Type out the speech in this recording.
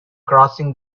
crossing